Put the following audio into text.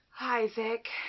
Isaac